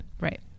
Right